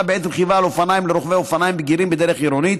בעת רכיבה על אופניים לרוכבי אופניים בגירים בדרך עירונית,